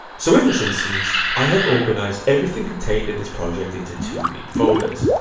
so in this instance, i have organized everything contained in this project into two neat folders,